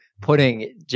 putting